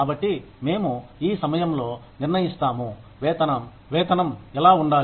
కాబట్టి మేము ఈ సమయంలో నిర్ణయిస్తాము వేతనం ఎలా ఉండాలి